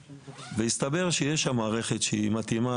והסתבר שיש שם התקן של